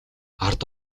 ард